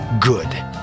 good